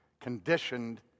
conditioned